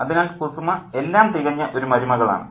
അതിനാൽ കുസുമ എല്ലാം തികഞ്ഞ ഒരു മരുമകളാണ്